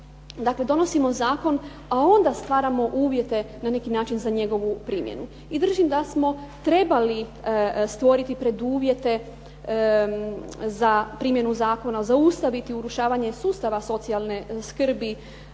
dakle donosimo zakon a onda stvaramo uvjete na neki način za njegovu primjenu. I držim da smo trebali stvoriti preduvjete za primjenu zakona, zaustaviti urušavanje sustava socijalne skrbi,